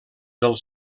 del